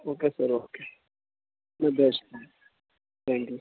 okay sir okay my best friend thank you